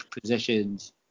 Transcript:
positions